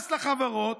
מס לחברות,